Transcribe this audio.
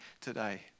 today